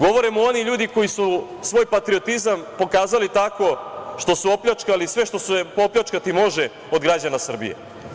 Govore mu oni ljudi koji su svoj patriotizam pokazali tako što su opljačkali sve što se opljačkati može od građana Srbije.